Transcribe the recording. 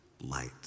light